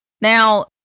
Now